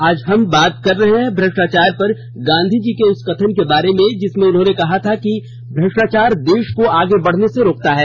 आज हम बात कर रहे हैं भ्रष्टाचार पर गांधीजी के उस कथन के बारे में जिसमें उन्होंने कहा था कि भ्रष्टाचार देश को आगे बढने से रोकता है